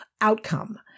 outcome